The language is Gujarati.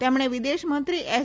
તેમણે વિદેશમંત્રી એસ